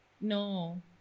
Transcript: No